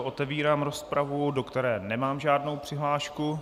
Otevírám rozpravu, do které nemám žádnou přihlášku.